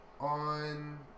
on